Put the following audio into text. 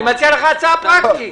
אני מציע לך הצעה פרקטית.